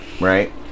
Right